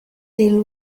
deal